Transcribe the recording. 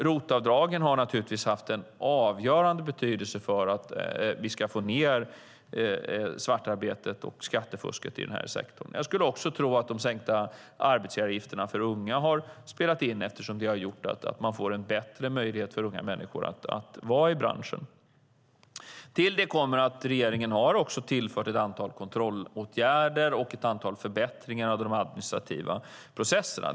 ROT-avdragen har naturligtvis haft en avgörande betydelse för att vi ska få ned svartarbetet och skattefusket i den här sektorn. Jag skulle också tro att de sänkta arbetsgivaravgifterna för unga har spelat in eftersom det har gett unga människor bättre möjligheter att vara i branschen. Till detta kommer att regeringen har tillfört ett antal kontrollåtgärder och ett antal förbättringar av de administrativa processerna.